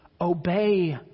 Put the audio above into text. obey